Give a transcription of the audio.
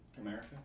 America